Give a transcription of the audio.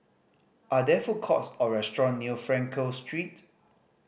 are there food courts or restaurant near Frankel Street